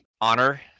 honor